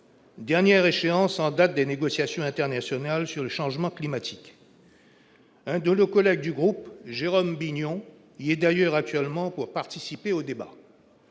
Dernière échéance en date des négociations internationales sur le changement climatique. Indolent le collègue du groupe Jérôme Bignon, il y a d'ailleurs actuellement pour participer au débat.